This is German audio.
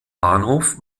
bahnhof